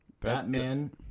Batman